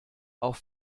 auf